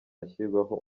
ashyirwaho